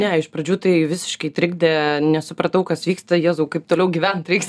ne iš pradžių tai visiškai trikdė nesupratau kas vyksta jėzau kaip toliau gyvent reiks